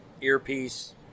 earpiece